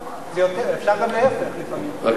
אפשר גם להיפך, לפעמים,